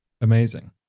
Amazing